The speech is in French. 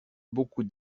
beaucoup